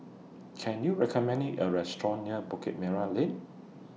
Can YOU recommend Me A Restaurant near Bukit Merah Lane